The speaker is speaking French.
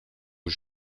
aux